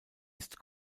ist